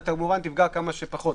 אתה כמובן תפגע כמה שפחות,